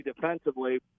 defensively